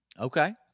Okay